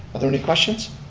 are there any questions?